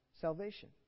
salvation